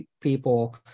people